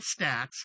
stats